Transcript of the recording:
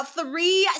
three